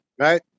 right